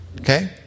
Okay